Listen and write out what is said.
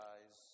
Eyes